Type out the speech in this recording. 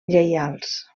lleials